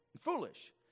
foolish